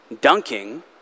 Dunking